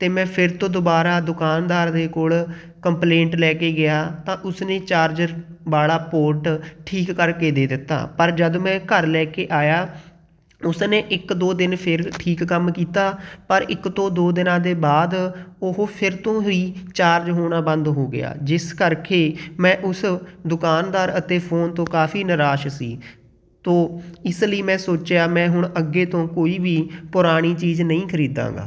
ਅਤੇ ਮੈਂ ਫਿਰ ਤੋਂ ਦੁਬਾਰਾ ਦੁਕਾਨਦਾਰ ਦੇ ਕੋਲ ਕੰਪਲੇਂਟ ਲੈ ਕੇ ਗਿਆ ਤਾਂ ਉਸ ਨੇ ਚਾਰਜਰ ਵਾਲਾ ਪੋਰਟ ਠੀਕ ਕਰਕੇ ਦੇ ਦਿੱਤਾ ਪਰ ਜਦ ਮੈਂ ਘਰ ਲੈ ਕੇ ਆਇਆ ਉਸਨੇ ਇੱਕ ਦੋ ਦਿਨ ਫਿਰ ਠੀਕ ਕੰਮ ਕੀਤਾ ਪਰ ਇੱਕ ਤੋਂ ਦੋ ਦਿਨਾਂ ਦੇ ਬਾਅਦ ਉਹ ਫਿਰ ਤੋਂ ਹੀ ਚਾਰਜ ਹੋਣਾ ਬੰਦ ਹੋ ਗਿਆ ਜਿਸ ਕਰਕੇ ਮੈਂ ਉਸ ਦੁਕਾਨਦਾਰ ਅਤੇ ਫੋਨ ਤੋਂ ਕਾਫੀ ਨਿਰਾਸ਼ ਸੀ ਤਾਂ ਇਸ ਲਈ ਮੈਂ ਸੋਚਿਆ ਮੈਂ ਹੁਣ ਅੱਗੇ ਤੋਂ ਕੋਈ ਵੀ ਪੁਰਾਣੀ ਚੀਜ਼ ਨਹੀਂ ਖਰੀਦਾਂਗਾ